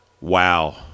Wow